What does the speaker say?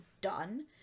done